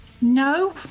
No